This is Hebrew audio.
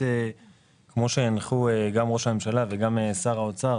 כמו שהנחו גם ראש הממשלה וגם שר האוצר,